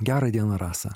gera diena rasa